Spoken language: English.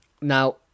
Now